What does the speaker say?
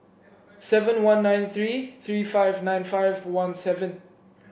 seven one nine three three five nine five one seven